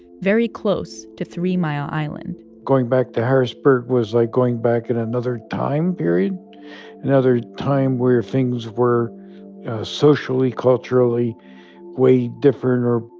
very close to three mile island going back to harrisburg was like going back in another time period another time where things were socially, culturally way different or,